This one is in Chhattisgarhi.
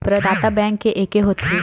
प्रदाता बैंक के एके होथे?